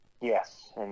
Yes